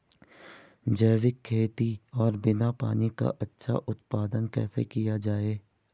जैविक खेती और बिना पानी का अच्छा उत्पादन कैसे किया जाए?